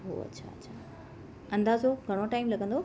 ओह अच्छा अच्छा अंदाज़ो घणो टाइम लॻंदो